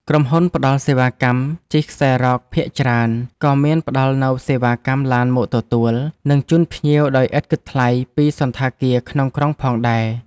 ក្រុមហ៊ុនផ្តល់សេវាកម្មជិះខ្សែរ៉កភាគច្រើន ក៏មានផ្ដល់នូវសេវាកម្មឡានមកទទួល និងជូនភ្ញៀវដោយឥតគិតថ្លៃពីសណ្ឋាគារក្នុងក្រុងផងដែរ។